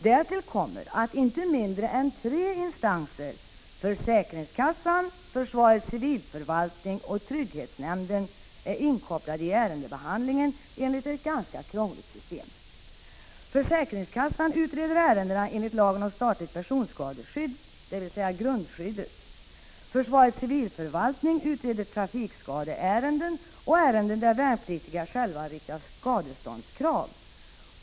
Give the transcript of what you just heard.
Därtill kommer att inte mindre än tre instanser, försäkringskassan, försvarets civilförvaltning och trygghetsnämnden, är inkopplade i ärendebehandlingen enligt ett ganska krångligt system. Försäkringskassan utreder ärendena enligt lagen om statligt personskadeskydd, dvs. grundskyddet, och försvarets civilförvaltning utreder trafikskadeärenden och ärenden där värnpliktiga själva riktar skadeståndskrav.